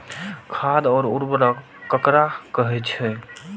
खाद और उर्वरक ककरा कहे छः?